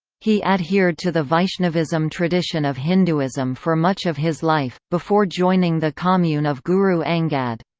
he adhered to the vaishnavism tradition of hinduism for much of his life, before joining the commune of guru angad.